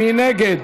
מי נגד?